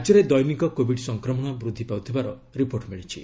ରାଜ୍ୟରେ ଦୈନିକ କୋବିଡ ସଂକ୍ରମଣ ବୃଦ୍ଧି ପାଉଥିବାର ରିପୋର୍ଟ ମିଳିଛି